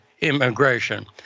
immigration